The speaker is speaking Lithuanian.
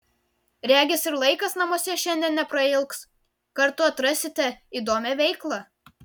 regis ir laikas namuose šiandien neprailgs kartu atrasite įdomią veiklą